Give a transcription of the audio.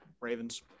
Ravens